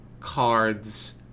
cards